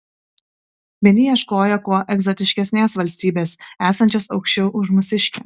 vieni ieškojo kuo egzotiškesnės valstybės esančios aukščiau už mūsiškę